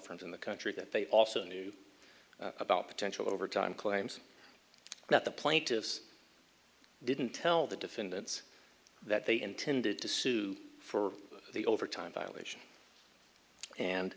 in the country that they also knew about potential overtime claims that the plaintiffs didn't tell the defendants that they intended to sue for the overtime violation and